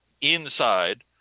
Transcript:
inside